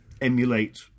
emulate